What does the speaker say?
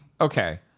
okay